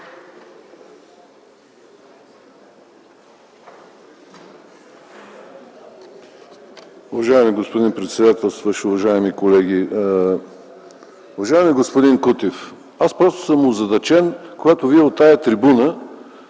Уважаеми господин председател, уважаеми колеги, уважаеми господин Кутев! Просто съм озадачен, когато от тази трибуна